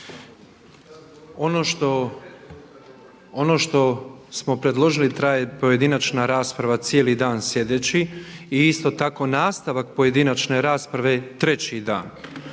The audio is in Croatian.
Ono što smo predložili traje pojedinačna rasprava cijeli dan sljedeći i isto tako nastavak pojedinačne rasprave treći dan,